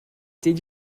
did